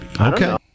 Okay